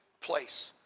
place